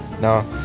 No